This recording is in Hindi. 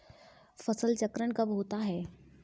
फसल चक्रण कब होता है?